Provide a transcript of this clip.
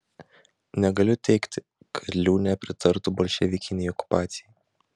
negaliu teigti kad liūnė pritartų bolševikinei okupacijai